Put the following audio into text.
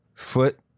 foot